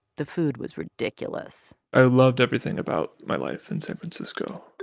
the food was ridiculous i loved everything about my life in san francisco.